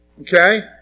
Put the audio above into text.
Okay